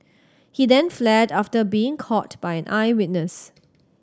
he then fled after being caught by an eyewitness